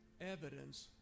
evidence